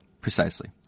precisely